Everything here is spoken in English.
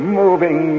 moving